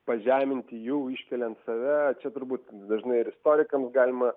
pažeminti jų iškeliant save čia turbūt dažnai ir istorikams galima